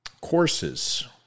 courses